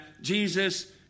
Jesus